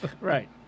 Right